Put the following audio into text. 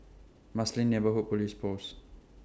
Marsiling Neighbourhood Police Post